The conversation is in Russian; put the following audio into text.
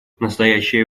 настоящее